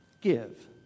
give